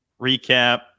Recap